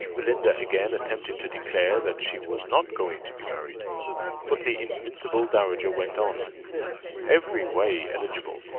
belinda again attempted to declare that she was not going to be married but the invincible dowager went on every way eligible,